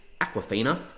Aquafina